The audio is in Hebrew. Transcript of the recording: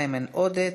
איימן עודה,